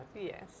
yes